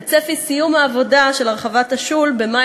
וצפי סיום העבודה של הרחבת השול במאי